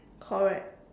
correct